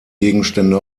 gegenstände